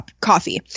coffee